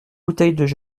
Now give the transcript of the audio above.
bouteilles